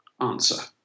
answer